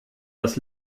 das